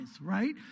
right